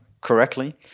correctly